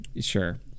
sure